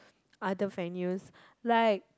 other venues like